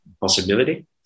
possibility